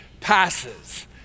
passes